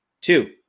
Two